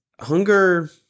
hunger